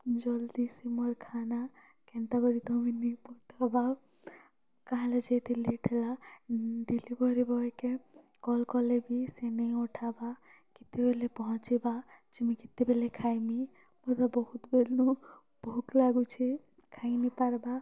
ଜଲ୍ଦି ସେ ମୋର୍ ଖାନା କେନ୍ତା କରି ତମେ ନେଇ ପାଠାଵ କାହା ହେଲା ଯେ ଏତେ ଲେଟ୍ ହେଲା ଡେଲିଭରି ବୟ କେ କଲ୍ କଲେ ବି ସେ ନେଇ ଉଠାବା କେତେବେଲେ ପହଞ୍ଚିବା ଯେ ମୁଇଁ କେତେବେଲେ ଖାଇମି ମୁଁ ଏବେ ବହୁତ ବେଲ୍ରୁ ଭୁକ୍ ଲାଗୁଛେ ଖାଇ ନେଇ ପାରଵା